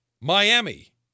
Miami